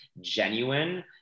genuine